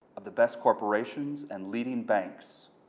of the best corporations and leading banks.